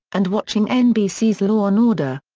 and watching nbc's law and order.